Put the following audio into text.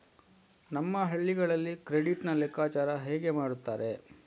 ನಮ್ಮ ಹಳ್ಳಿಗಳಲ್ಲಿ ಕ್ರೆಡಿಟ್ ನ ಲೆಕ್ಕಾಚಾರ ಹೇಗೆ ಮಾಡುತ್ತಾರೆ?